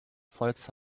floats